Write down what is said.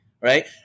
Right